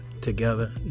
together